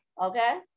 Okay